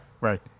right